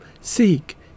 Seek